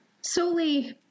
solely